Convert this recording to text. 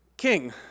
king